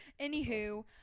Anywho